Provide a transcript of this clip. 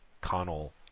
Connell